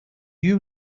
you